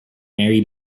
mary